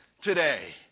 today